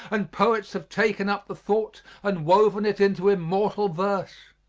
and poets have taken up the thought and woven it into immortal verse.